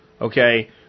okay